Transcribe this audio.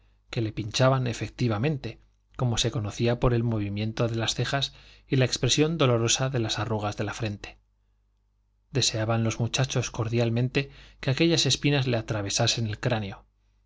que le pinchaban efectivamente como se conocía por el movimiento de las cejas y la expresión dolorosa de las arrugas de la frente deseaban los muchachos cordialmente que aquellas espinas le atravesasen el cráneo